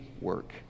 work